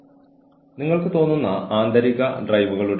നമുക്കെല്ലാവർക്കും ഉള്ളത് ഉപയോഗിക്കാൻ ആഗ്രഹിക്കുന്നു